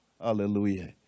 Hallelujah